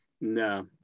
No